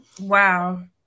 Wow